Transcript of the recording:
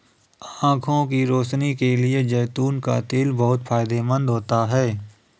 आंखों की रोशनी के लिए जैतून का तेल बहुत फायदेमंद होता है